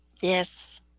Yes